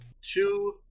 two